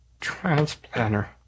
transplanter